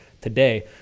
today